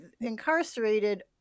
incarcerated